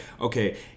okay